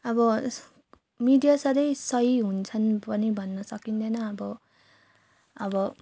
अब मिडिया सधैँ सही हुन्छन् पनि भन्न सकिँदैन अब अब